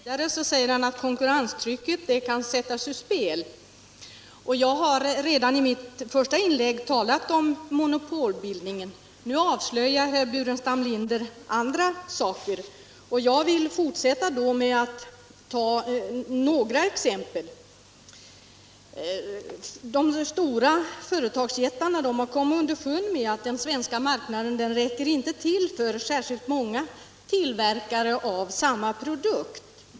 Herr talman! Herr Burenstam Linder säger att prisstopp leder till snabbare prishöjningar, men utan att bevisa detta. Vidare påstår han att konkurrenstrycket kan sättas ur spel. Jag har redan i mitt första inlägg talat om monopolbildningen. Nu avslöjar herr Burenstam Linder andra saker, och jag vill fortsätta litet på den linjen. Hos företagsjättarna har man kommit underfund med att den svenska marknaden inte räcker till för särskilt många tillverkare av samma produkt.